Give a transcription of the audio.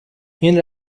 این